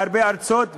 בהרבה ארצות,